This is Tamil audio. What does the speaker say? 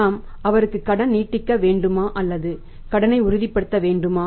நாம் அவருக்கு கடன் நீட்டிக்க வேண்டுமா அல்லது கடனை உறுதிப்படுத்த வேண்டுமா